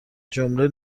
جمله